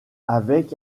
avec